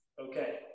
okay